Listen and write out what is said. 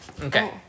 Okay